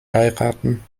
heiraten